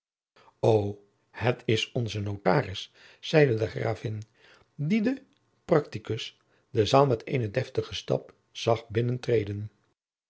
het is onze notaris zeide de gravin die den practicus de zaal met eenen deftigen stap zag